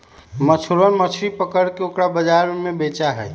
मछुरवन मछली पकड़ के ओकरा बाजार में बेचा हई